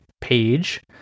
page